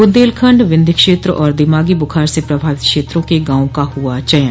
बुन्देलखंड विन्ध्य क्षेत्र और दिमागी ब्रखार से प्रभावित क्षेत्रों के गांवों का हुआ चयन